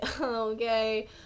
okay